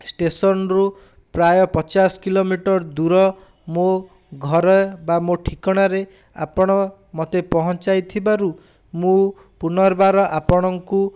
ଷ୍ଟେସନରୁ ପ୍ରାଏ ପଚାଶ କିଲୋମିଟର ଦୂର ମୋ ଘରେ ବା ମୋ ଠିକଣାରେ ଆପଣ ମୋତେ ପହଞ୍ଚାଇ ଥିବାରୁ ମୁଁ ପୁନଃର୍ବାର ଆପଣଙ୍କୁ